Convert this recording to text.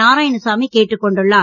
நாராணசாமி கேட்டக் கொண்டுள்ளார்